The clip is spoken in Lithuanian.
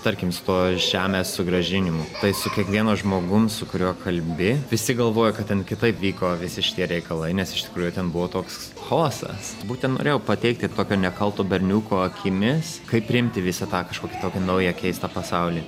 tarkim su tuo žemės sugrąžinimu tai su kiekvienu žmogum su kuriuo kalbi visi galvoja kad ten kitaip vyko visi šitie reikalai nes iš tikrųjų ten buvo toks chaosas būtent norėjau pateikti ir tokio nekalto berniuko akimis kaip priimti visą tą kažkokį tokį naują keistą pasaulį